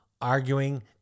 arguing